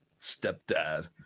stepdad